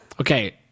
Okay